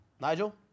Nigel